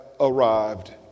arrived